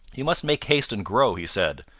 you must make haste and, grow he said.